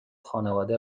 خانواده